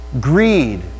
greed